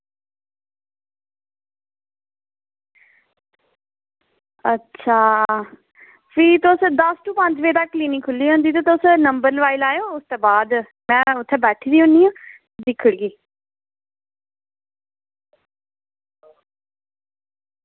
अच्छा फ्ही दस्स बजे तगर क्लीनिक खुु'ल्ली दी होंदी ते तुस नंबर लोआई लैयो ते बाद में उत्थें बैठी दी होनी दिक्खी ओड़गी